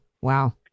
Wow